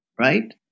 right